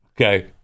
Okay